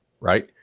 Right